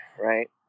right